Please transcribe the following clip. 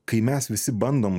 kai mes visi bandom